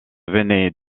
venait